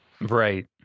Right